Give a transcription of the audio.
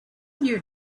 knew